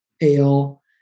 ale